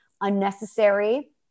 unnecessary-